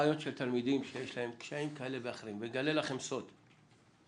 אגלה לכם סוד,